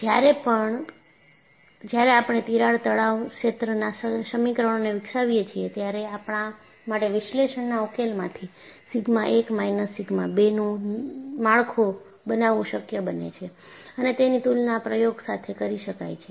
જ્યારે આપણે તિરાડ તણાવ ક્ષેત્રના સમીકરણોને વિકસાવીએ છીએ ત્યારે આપણા માટે વિશ્લેષણના ઉકેલમાંથી સિગ્મા 1 માઈનસ સિગ્મા 2 નું માળખું બનાવું શક્ય બને છે અને તેની તુલના પ્રયોગ સાથે કરી શકાય છે